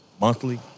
monthly